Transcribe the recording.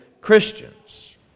Christians